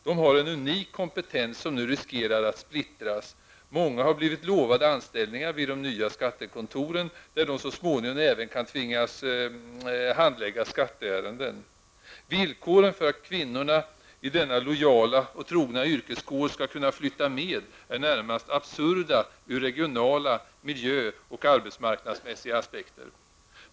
De har en unik kompetens som nu riskerar att splittras. Många har blivit lovade anställningar vid de nya skattekontoren, där de så småningom även kan tvingas handlägga skatteärenden. Villkoren för att kvinnorna i denna lojala och trogna yrkeskår skall kunna flytta med är närmast absurda ur regionala, miljö och arbetsmarknadsmässiga aspekter.